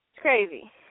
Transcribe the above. crazy